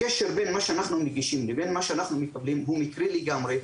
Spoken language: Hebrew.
הקשר בין מה שאנחנו מגישים לבין מה שאנחנו מקבלים הוא מקרי לגמרי.